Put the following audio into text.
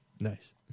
Nice